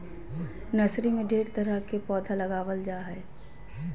nursery में ढेर तरह के पौधा लगाबल जा हइ